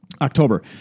October